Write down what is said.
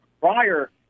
Prior